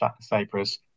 Cyprus